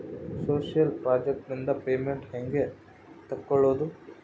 Social project ನಿಂದ payment ಹೆಂಗೆ ತಕ್ಕೊಳ್ಳದು?